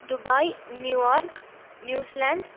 Dubai New York New Zealand